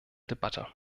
debatte